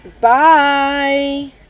Bye